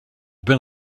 been